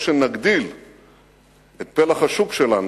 או שנגדיל את פלח השוק שלנו,